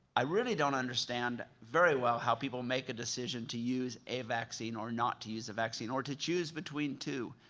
i really don't understand very well how people make a decision to use a vaccine or not to use a vaccine or to choose between two.